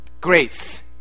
grace